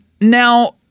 now